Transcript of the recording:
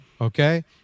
Okay